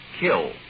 Kill